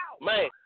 Man